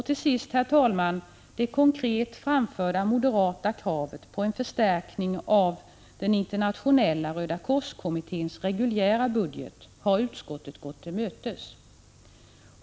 Till sist, herr talman: Det konkret framförda moderata kravet på en förstärkning av Röda korsets internationella kommittés reguljära budget har utskottet gått till mötes.